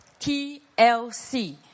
TLC